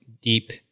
deep